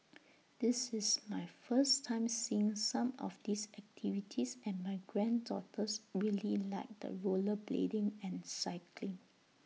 this is my first time seeing some of these activities and my granddaughters really liked the rollerblading and cycling